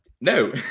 No